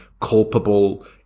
culpable